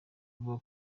avuga